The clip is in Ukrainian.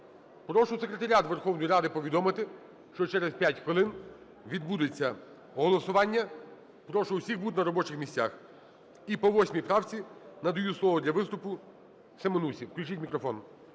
Прошу Секретаріат Верховної Ради повідомити, що через 5 хвилин відбудеться голосування. Прошу усіх бути на робочих місцях. І по 8 правці надаю слово для виступу Семенусі.